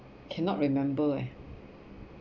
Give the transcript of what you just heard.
cannot remember eh